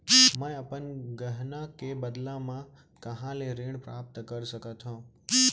मै अपन गहना के बदला मा कहाँ ले ऋण प्राप्त कर सकत हव?